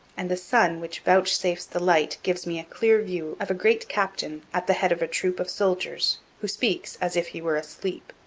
and the sun which vouchsafes the light gives me a clear view of a great captain at the head of a troop of soldiers, who speaks as if he were asleep.